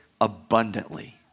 abundantly